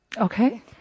Okay